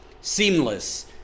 Seamless